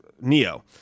Neo